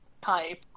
pipe